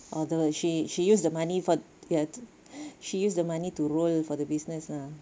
ah although she she used the money for ya to she used the money to roll for the business ah